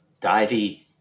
divey